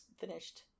finished